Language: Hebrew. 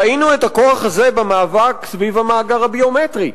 ראינו את הכוח הזה במאבק סביב המאגר הביומטרי,